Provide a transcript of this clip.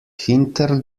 hinter